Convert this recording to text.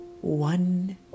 one